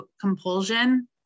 compulsion